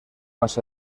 más